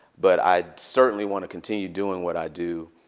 but i certainly want to continue doing what i do.